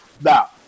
Now